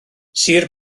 sir